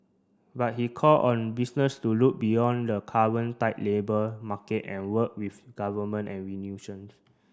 but he called on business to look beyond the current tight labour market and work with Government and